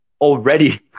already